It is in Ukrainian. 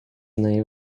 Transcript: неї